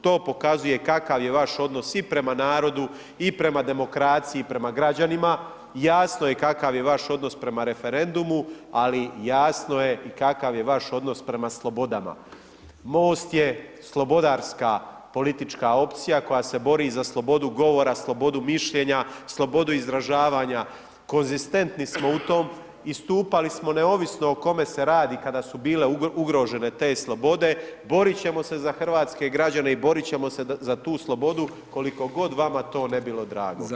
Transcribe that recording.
To pokazuje kakav je vaš odnos i prema narodu i prema demokraciji prema građanima, jasno je kakav je vaš odnos prema referendumu, ali jasno i kakav je vaš odnos prema slobodama Most je slobodarska politička opcija koja se bori za slobodu govora, slobodu mišljenja slobodu izražavanja, konzistentni smo u tom, istupali smo neovisno o kome se radi, kada su bile ugrožene te slobode, boriti ćemo se za hrvatske građane i boriti ćemo se za tu slobodu koliko god vama to ne bilo drago.